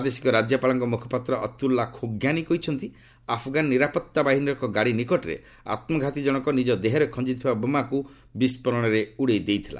ପ୍ରାଦେଶିକ ରାଜ୍ୟପାଳଙ୍କ ମୁଖପାତ୍ର ଅତୁଲା ଖୋଜ୍ଞାନୀ କହିଛନ୍ତି ଆଫଗାନ ନିରାପତ୍ତା ବାହିନୀର ଏକ ଗାଡି ନିକଟରେ ଆତ୍ମଘାତୀ ଜଣକ ନିଜ ଦେହରେ ଖଞ୍ଜି ଥିବା ବୋମାକୃ ବିସ୍ଫୋରଣରେ ଉଡାଇ ଦେଇଥିଲା